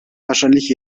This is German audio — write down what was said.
wahrscheinlich